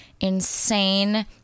insane